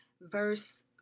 verse